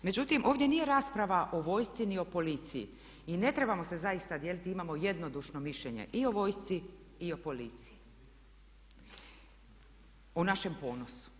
Međutim, ovdje nije rasprava o vojsci ni o policiji i ne trebamo se zaista dijeliti, imamo jednodušno mišljenje i o vojsci i o policiji o našem ponosu.